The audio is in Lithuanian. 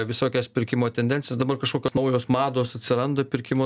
visokias pirkimo tendencijas dabar kažkokios naujos mados atsiranda pirkimo